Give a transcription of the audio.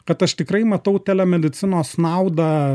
kad aš tikrai matau telemedicinos naudą